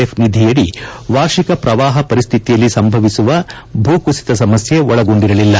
F ನಿಧಿಯದಿ ವಾರ್ಷಿಕ ಪ್ರವಾಹ ಪರಿಸ್ಠಿತಿಯಲ್ಲಿ ಸಂಭವಿಸುವ ಭೂ ಕುಸಿತ ಸಮಸ್ಯೆ ಒಳಗೊಂಡಿರಲಿಲ್ಲ